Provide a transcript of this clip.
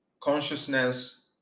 consciousness